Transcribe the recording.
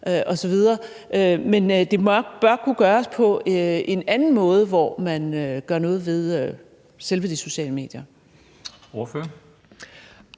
men det bør kunne gøres på en anden måde, hvor man gør noget ved selve de sociale medier.